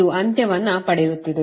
ಇದು ಅಂತ್ಯವನ್ನು ಪಡೆಯುತ್ತಿದೆ